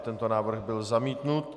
Tento návrh byl zamítnut.